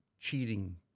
cheating